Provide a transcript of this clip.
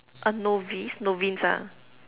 a novice novice ah